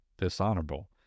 dishonorable